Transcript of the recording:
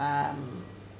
um